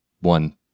one